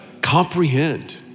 comprehend